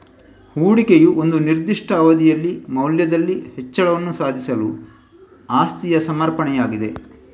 ಹೂಡಿಕೆಯು ಒಂದು ನಿರ್ದಿಷ್ಟ ಅವಧಿಯಲ್ಲಿ ಮೌಲ್ಯದಲ್ಲಿ ಹೆಚ್ಚಳವನ್ನು ಸಾಧಿಸಲು ಆಸ್ತಿಯ ಸಮರ್ಪಣೆಯಾಗಿದೆ